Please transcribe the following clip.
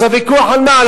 אז הוויכוח על מה?